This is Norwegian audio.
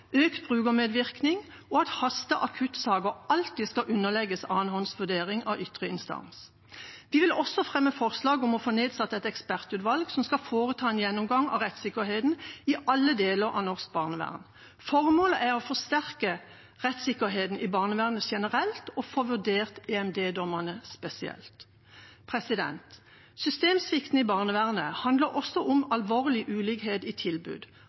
og at haste- og akuttsaker alltid skal underlegges annenhåndsvurdering av en ytre instans. Vi vil også fremme forslag om å få nedsatt et ekspertutvalg, som skal foreta en gjennomgang av rettssikkerheten i alle deler av norsk barnevern. Formålet er å forsterke rettssikkerheten i barnevernet generelt og å få vurdert EMD-dommene spesielt. Systemsvikten i barnevernet handler også om alvorlig ulikhet i tilbud